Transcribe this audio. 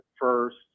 first